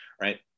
right